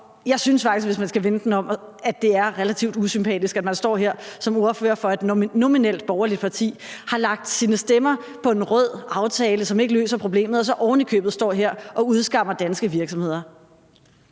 vende den om, at det er relativt usympatisk, at man står her som ordfører for et nominelt borgerligt parti, har lagt sine stemmer i en rød aftale, som ikke løser problemet, og så ovenikøbet udskammer danske virksomheder.